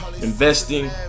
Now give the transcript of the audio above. investing